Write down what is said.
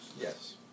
Yes